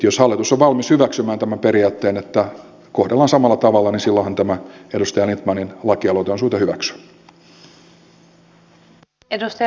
jos hallitus on valmis hyväksymään tämän periaatteen että kohdellaan samalla tavalla niin silloinhan tämä edustaja lindtmanin lakialoite on syytä hyväksyä